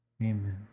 Amen